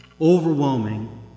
overwhelming